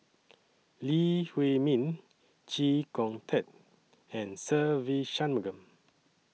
Lee Huei Min Chee Kong Tet and Se Ve Shanmugam